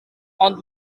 ond